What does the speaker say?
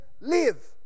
live